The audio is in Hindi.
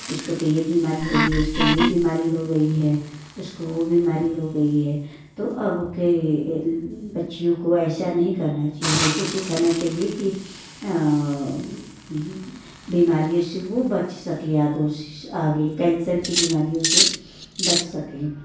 इसको तो ये बीमारी हो गई इसको ये बीमारी हो गई है उसको वो बीमारी हो गई है तो अब के बच्चियों को ऐसा नहीं करना चाहिए एसे सिखाना चाहिए कि बीमारियों से वो बच सके या कुछ आगे केंसर की बीमारियों से बच सके